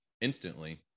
instantly